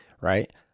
right